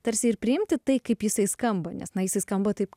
tarsi ir priimti tai kaip jisai skamba nes na jisai skamba taip